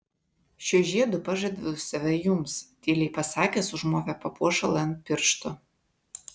šiuo žiedu pažadu save jums tyliai pasakęs užmovė papuošalą ant piršto